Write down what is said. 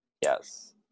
Yes